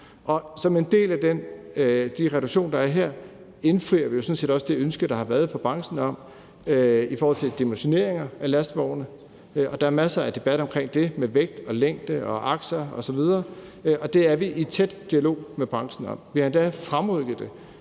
Som en del af de reduktioner, der er her, indfrier vi sådan set også det ønske, der har været fra branchen, om dimensioneringer af lastvogne. Og der er masser af debat om det med vægt, længde og aksler osv. Og det er vi i tæt dialog med branchen om. Vi har endda fremrykket det,